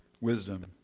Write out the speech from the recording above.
wisdom